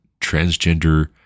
transgender